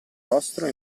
vostro